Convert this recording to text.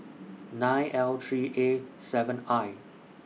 nine L three A seven I